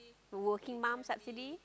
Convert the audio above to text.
working mum subsidy